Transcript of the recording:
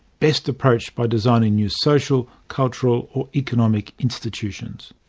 best approached by designing new social, cultural or economic institutions.